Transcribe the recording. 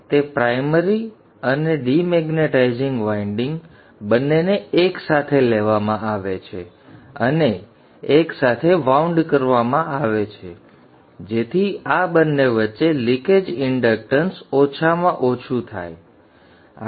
તે પ્રાઇમરી અને demagnetising winding બંનેને એક સાથે લેવામાં આવે છે અને એક સાથે વાઉંડ કરવામાં આવે છે જેથી આ બંને વચ્ચે લિકેજ ઇંડક્ટન્સ ઓછામાં ઓછું થાય